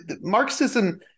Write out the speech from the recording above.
Marxism